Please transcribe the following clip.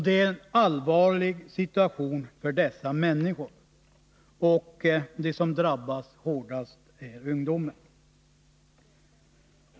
Det är också en allvarlig situation för dessa människor, och de som drabbas hårdast är ungdomarna.